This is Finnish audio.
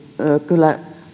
kyllä